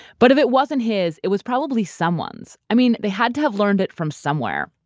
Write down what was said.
but if it wasn't his, it was probably someone's. i mean, they had to have learned it from somewhere.